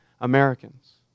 Americans